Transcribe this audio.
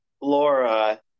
Laura